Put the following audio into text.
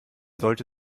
sollte